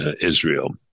Israel